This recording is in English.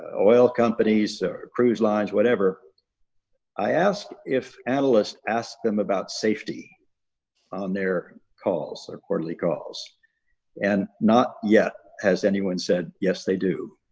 ah oil companies cruise lines, whatever i ask if analysts ask them about safety on their calls their quarterly calls and not yet. has anyone said? yes, they do.